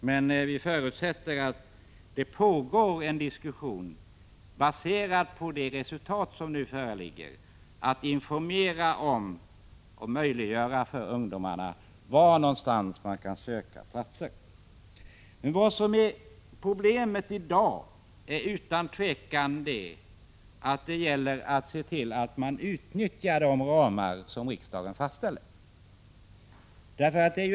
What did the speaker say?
Men vi förutsätter att det pågår en diskussion, baserad på de resultat som nu föreligger, och att man kommer att informera ungdomarna om var de kan söka platser. Problemet i dag är utan tvivel hur man skall se till att utnyttja de ramar som riksdagen fastställde.